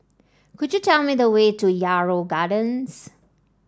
could you tell me the way to Yarrow Gardens